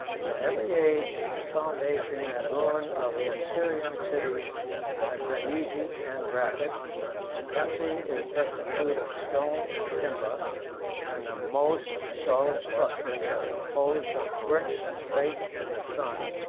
in every age, the foundation and ruin of the assyrian cities has been easy and rapid the country is destitute of stone and timber and the most solid structures are composed of bricks baked in the sun,